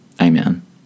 Amen